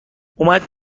اومد